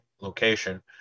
location